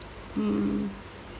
mm